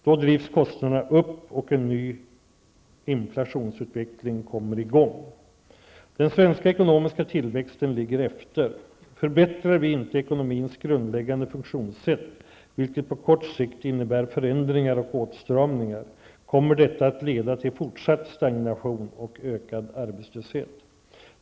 Då drivs kostnaderna upp, och en ny inflationsutveckling kommer i gång. Den svenska ekonomiska tillväxten ligger efter. Förbättrar vi inte ekonomins grundläggande funktionssätt, vilket på kort sikt innebär förändringar och åtstramningar, kommer detta att leda till fortsatt stagnation och ökad arbetsslöshet.